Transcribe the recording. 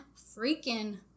freaking